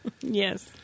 Yes